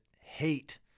hate